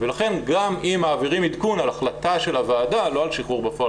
ולכן גם אם מעבירים עדכון על ההחלטה של הוועדה לא על שחרור בפועל,